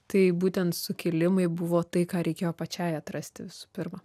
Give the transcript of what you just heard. tai būtent sukilimai buvo tai ką reikėjo pačiai atrasti visų pirma